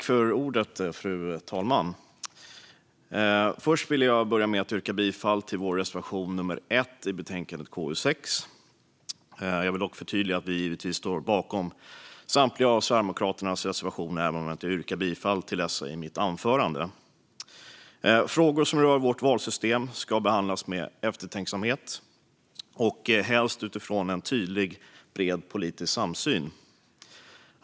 Fru talman! Först vill jag börja med att yrka bifall till vår reservation nummer 1 i betänkande KU6. Jag vill dock förtydliga att vi givetvis står bakom samtliga av Sverigedemokraternas reservationer även om jag inte yrkar bifall till dessa i mitt anförande. Frågor som rör vårt valsystem ska behandlas med eftertänksamhet och helst utifrån en tydlig och bred politisk samsyn.